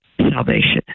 salvation